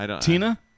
Tina